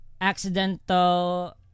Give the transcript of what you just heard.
accidental